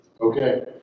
okay